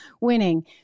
winning